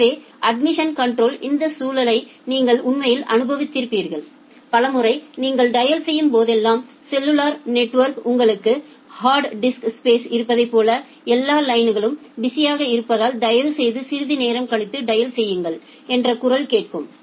எனவே admission control இந்த சூழலை நீங்கள் உண்மையில் அனுபவித்திருக்கிறீர்கள் பல முறை நீங்கள் டயல் செய்யும் போதெல்லாம் செல்லுலார் நெட்வொர்க்கில் உங்களுக்கு ஹார்ட் டிஸ்க் ஸ்பேஸ் இருப்பதைப் போல எல்லா லைன்களும் பிஸியாக இருப்பதால் தயவுசெய்து சிறிது நேரம் கழித்து டயல் செய்யுங்கள் என்ற குரல் கேட்கும்